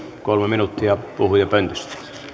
kolme minuuttia puhujapöntöstä